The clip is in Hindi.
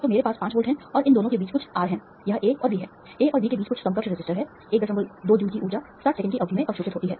तो मेरे पास 5 वोल्ट हैं और इन दोनों के बीच कुछ R है यह A और B है A और B के बीच कुछ समकक्ष रेसिस्टर है 12 जूल की ऊर्जा 60 सेकंड की अवधि में अवशोषित होती है